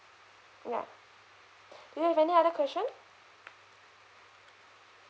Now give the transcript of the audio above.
ya do you have any other question